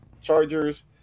Chargers